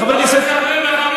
חבר הכנסת,